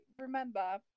remember